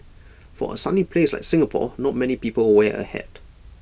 for A sunny place like Singapore not many people wear A hat